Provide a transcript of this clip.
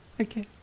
Okay